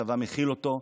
הצבא מכיל אותו.